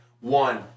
One